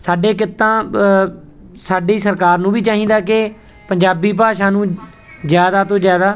ਸਾਡੇ ਕਿੱਤਾ ਸਾਡੀ ਸਰਕਾਰ ਨੂੰ ਵੀ ਚਾਹੀਦਾ ਕਿ ਪੰਜਾਬੀ ਭਾਸ਼ਾ ਨੂੰ ਜ਼ਿਆਦਾ ਤੋਂ ਜ਼ਿਆਦਾ